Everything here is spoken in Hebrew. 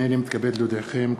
הנני מתכבד להודיעכם,